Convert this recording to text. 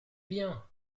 bien